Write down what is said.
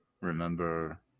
remember